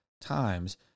times